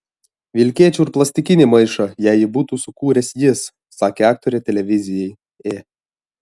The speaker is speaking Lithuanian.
vilkėčiau ir plastikinį maišą jei jį būtų sukūręs jis sakė aktorė televizijai e